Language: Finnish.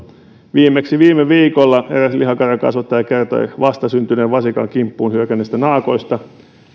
viimeksi viime viikolla eräs lihakarjankasvattaja kertoi vastasyntyneen vasikan kimppuun hyökänneistä naakoista